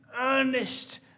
earnest